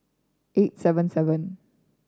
eight seven seven